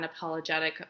unapologetic